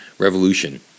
Revolution